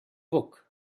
book